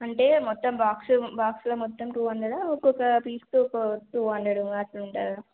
అంటే మొత్తం బాక్స్ బాక్స్లో మొత్తం టూ హండ్రెడా ఒక్కొక్క పీస్కు ఒక టూ హండ్రెడ్ అట్లా ఉంటుందా